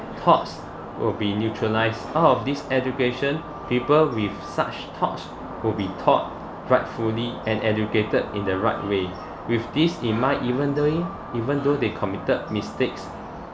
thoughts will be neutralised out of this education people with such thoughts will be taught rightfully and educated in the right way with this in mind even though in even though they committed mistakes